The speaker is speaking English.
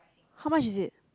how much is it